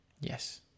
Yes